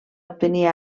obtenir